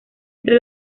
entre